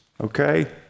okay